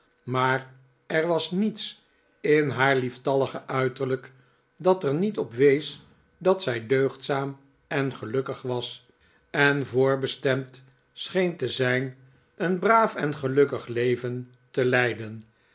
maar er was niets in haar lieftallige uiterlijk dat er niet op wees dat zij deugdzaam en gelukkig was en voorbestemd scheen te zijn een braaf en gelukkig leven te leiden